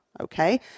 Okay